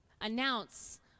announce